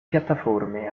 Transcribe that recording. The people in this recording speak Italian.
piattaforme